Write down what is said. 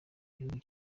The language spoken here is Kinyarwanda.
gihugu